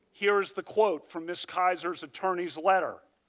here is the quote from ms. kaiser's attorney's letter.